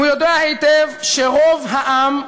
הוא יודע היטב שרוב העם,